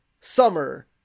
Summer